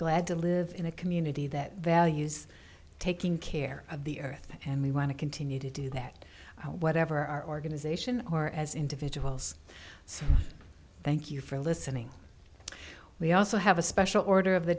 glad to live in a community that values taking care of the earth and i want to continue to do that whatever our organization or as individuals so thank you for listening we also have a special order of the